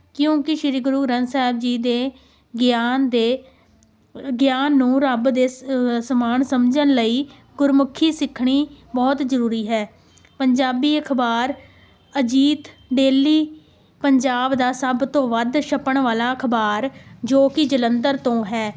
ਕਿਉਂਕਿ ਸ਼੍ਰੀ ਗੁਰੂ ਗ੍ਰੰਥ ਸਾਹਿਬ ਜੀ ਦੇ ਗਿਆਨ ਦੇ ਗਿਆਨ ਨੂੰ ਰੱਬ ਦੇ ਸ ਸਮਾਨ ਸਮਝਣ ਲਈ ਗੁਰਮੁਖੀ ਸਿੱਖਣੀ ਬਹੁਤ ਜ਼ਰੂਰੀ ਹੈ ਪੰਜਾਬੀ ਅਖਬਾਰ ਅਜੀਤ ਡੇਲੀ ਪੰਜਾਬ ਦਾ ਸਭ ਤੋਂ ਵੱਧ ਛਪਣ ਵਾਲਾ ਅਖਬਾਰ ਜੋ ਕਿ ਜਲੰਧਰ ਤੋਂ ਹੈ